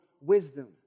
wisdom